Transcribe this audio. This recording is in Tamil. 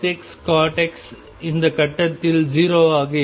Xcot X இந்த கட்டத்தில் 0 ஆக இருக்கும்